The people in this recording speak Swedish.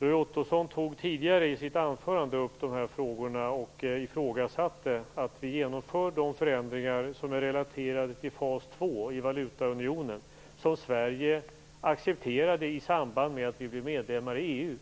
Roy Ottosson tog tidigare i sitt anförande upp de här frågorna och ifrågasatte att vi genomför de förändringar som är relaterade till fas två i valutaunionen, som Sverige accepterade i samband med att vi blev medlemmar i EU.